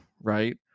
right